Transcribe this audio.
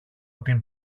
την